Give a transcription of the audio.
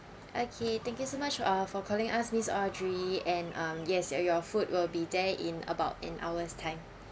okay thank you so much uh for calling us miss audrey and um yes your food will be there in about an hour's time